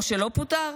או שלא פוטר?